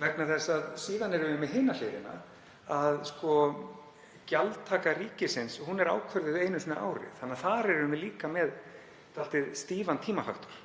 vegna þess að síðan erum við með hina hliðina, að gjaldtaka ríkisins er ákvörðuð einu sinni á ári. Við erum þar með dálítið stífan tímafaktor.